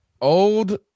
old